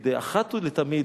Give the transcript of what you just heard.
כדי שאחת ולתמיד,